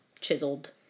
chiseled